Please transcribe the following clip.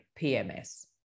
PMS